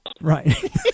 Right